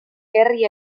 herri